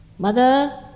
Mother